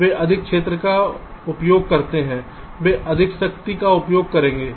वे अधिक क्षेत्र का उपभोग करते हैं वे अधिक शक्ति का उपभोग करेंगे